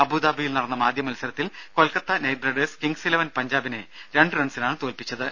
അബൂദബിയിൽ നടന്ന ആദ്യ മത്സരത്തിൽ Kolkata Knight Riders Kings eleven പഞ്ചാബിനെ രണ്ടു റൺസിനാണ് തോൽപ്പിച്ചത്